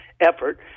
effort